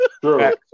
true